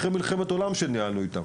אחרי מלחמת עולם שניהלנו איתם.